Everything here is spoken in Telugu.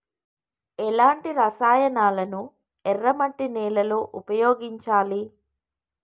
ఎలాంటి రసాయనాలను ఎర్ర మట్టి నేల లో ఉపయోగించాలి?